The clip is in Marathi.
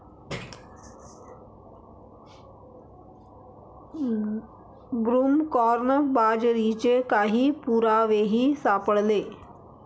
ब्रूमकॉर्न बाजरीचे काही पुरावेही सापडले